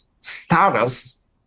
status